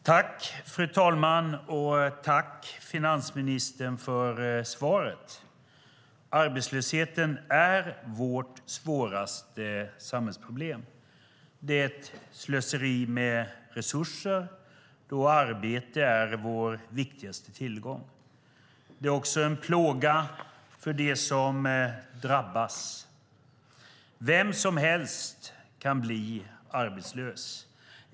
Fru talman! Tack, finansministern, för svaret! Arbetslösheten är vårt svåraste samhällsproblem. Det är ett slöseri med resurser då arbete är vår viktigaste tillgång. Det är en plåga för dem som drabbas. Vem som helst kan bli arbetslös.